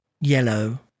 Yellow